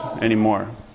anymore